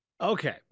Okay